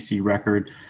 record